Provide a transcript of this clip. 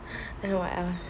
then what else